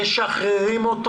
משחררים אותו